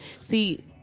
See